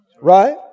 Right